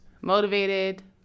Motivated